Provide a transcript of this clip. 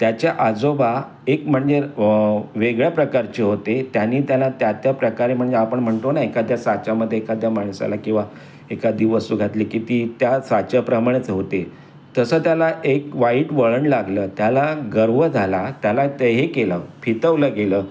त्याचे आजोबा एक म्हणजे वेगळ्या प्रकारचे होते त्यानी त्याला त्या त्या प्रकारे म्हणजे आपण म्हणतो ना एखाद्या साच्यामध्ये एखाद्या माणसाला किंवा एखादी वस्तू घातली की ती त्या साच्याप्रमाणेच होते तसं त्याला एक वाईट वळण लागलं त्याला गर्व झाला त्याला ते हे केलं फितवलं गेलं